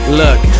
look